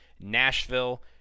Nashville